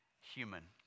human